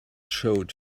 showed